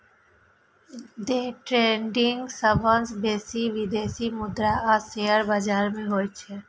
day trading सबसं बेसी विदेशी मुद्रा आ शेयर बाजार मे होइ छै